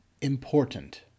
important